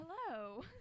hello